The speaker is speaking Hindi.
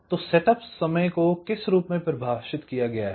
तो सेटअप समय को किस रूप में परिभाषित किया गया है